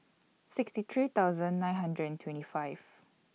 sixty three thousand nine hundred and twenty five